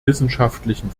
wissenschaftlichen